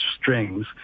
strings